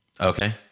Okay